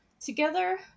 together